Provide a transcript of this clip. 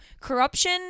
Corruption